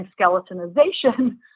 skeletonization